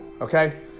Okay